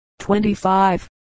25